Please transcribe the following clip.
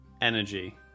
energy